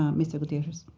um mr. gutierrez.